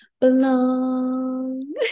belong